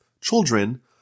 children